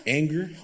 anger